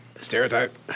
stereotype